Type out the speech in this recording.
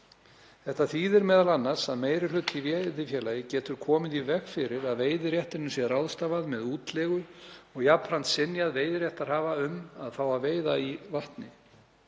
Þetta þýðir m.a. að meiri hluti í veiðifélagi getur komið í veg fyrir að veiðiréttinum sé ráðstafað með útleigu og jafnframt synjað veiðiréttarhafa um að fá að veiða í vatni.